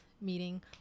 meeting